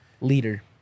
Leader